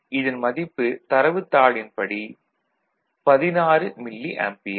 இதன் மதிப்பு தரவுத்தாளின் படி 16 மில்லி ஆம்பியர்